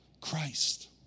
Christ